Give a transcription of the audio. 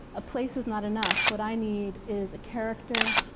a place is not enough. what i need is a character.